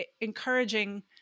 encouraging –